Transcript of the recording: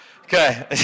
Okay